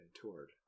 toured